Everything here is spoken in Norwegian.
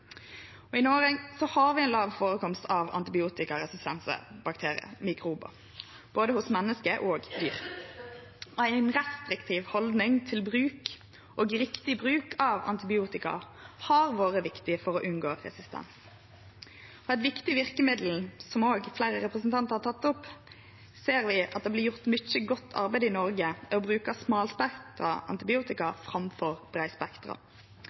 I Noreg har vi ein låg førekomst av antibiotikaresistente bakteriar og mikrobar hos både menneske og dyr. Ei restriktiv haldning til bruk og riktig bruk av antibiotika har vore viktig for å unngå resistens. Som fleire representantar har teke opp, ser vi at det vert gjort mykje godt arbeid i Noreg ved å bruke smalspektra antibiotika framfor